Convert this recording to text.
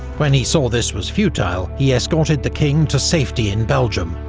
when he saw this was futile, he escorted the king to safety in belgium,